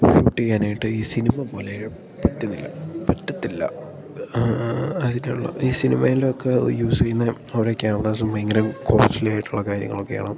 shoot ചെയ്യാനായിട്ട് ഈ സിനിമ പോലെ പറ്റുന്നില്ല പറ്റത്തില്ല അതിനുള്ള ഈ സിനിമയിലൊക്കെ യൂസ് ചെയ്യുന്ന ഓരോ ക്യാമറാസും ഭയങ്കര കോസ്ലിയായിട്ടുള്ള കാര്യങ്ങളൊക്കെയാണ്